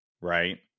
right